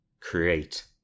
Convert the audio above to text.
create